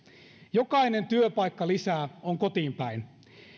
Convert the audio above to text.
jokainen työpaikka lisää on kotiinpäin